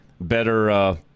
better